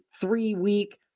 three-week